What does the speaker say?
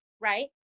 right